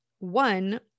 One